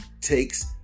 takes